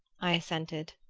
i assented.